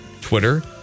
Twitter